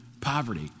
poverty